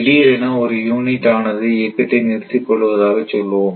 திடீரென ஒரு யூனிட் ஆனது இயக்கத்தை நிறுத்திக் கொள்வதாக சொல்வோம்